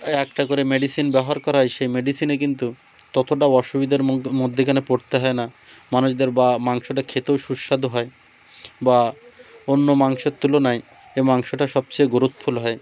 একটা করে মেডিসিন ব্যবহার করা হয় সেই মেডিসিনে কিন্তু ততটা অসুবিধার মধ্যিখানে পড়তে হয় না মানুষদের বা মাংসটা খেতেও সুস্বাদু হয় বা অন্য মাংসের তুলনায় এ মাংসটা সবচেয়ে গ্রোথফুল হয়